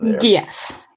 Yes